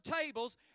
tables